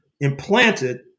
implanted